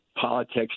politics